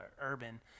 Urban